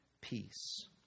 peace